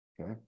Okay